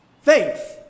Faith